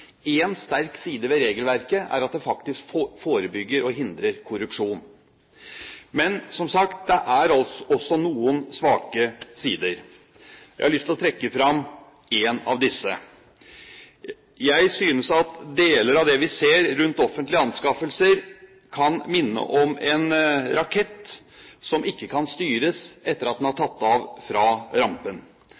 En sterk side ved regelverket er at det faktisk forebygger og hindrer korrupsjon. Men, som sagt, det er også noen svake sider. Jeg har lyst til å trekke fram én av disse. Jeg synes at deler av det vi ser rundt offentlige anskaffelser, kan minne om en rakett som ikke kan styres etter at den har tatt av fra rampen.